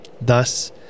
Thus